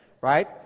right